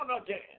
again